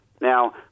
Now